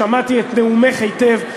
שמעתי את נאומך היטב,